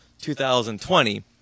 2020